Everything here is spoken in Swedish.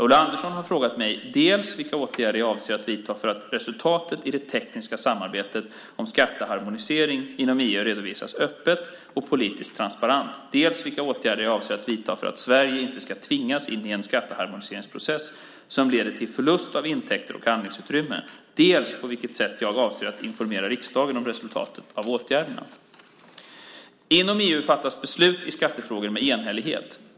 Ulla Andersson har frågat mig dels vilka åtgärder jag avser att vidta för att resultatet av det "tekniska samarbetet" om skatteharmonisering inom EU redovisas öppet och politiskt transparent, dels vilka åtgärder jag avser att vidta för att Sverige inte ska tvingas in i en skatteharmoniseringsprocess som leder till förlust av intäkter och handlingsutrymme, dels på vilket sätt jag avser att informera riksdagen om resultatet av åtgärderna. Inom EU fattas beslut i skattefrågor med enhällighet.